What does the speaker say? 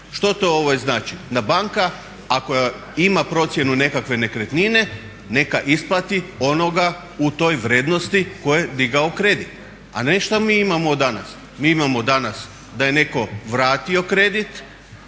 Što to znači, da banka ako ima procjenu nekakve nekretnine neka isplati onoga u toj vrijednosti tko je digao kredit, a ne što mi imamo danas. Mi imamo danas da je netko vratio kredit,